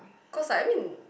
cause like I mean